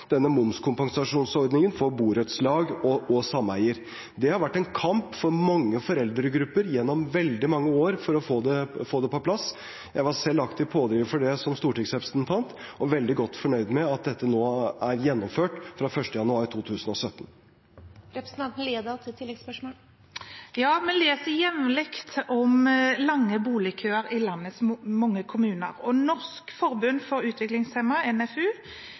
denne momskompensasjonsordningen for borettslag og sameier. Det har vært en kamp for mange foreldregrupper gjennom veldig mange år for å få det på plass. Jeg var selv aktiv pådriver for det som stortingsrepresentant og er veldig godt fornøyd med at dette nå er gjennomført fra 1. januar 2017. Vi leser jevnlig om lange boligkøer i landets mange kommuner. Norsk Forbund for Utviklingshemmede, NFU,